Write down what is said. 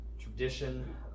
tradition